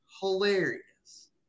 hilarious